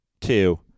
two